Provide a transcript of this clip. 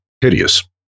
hideous